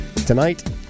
Tonight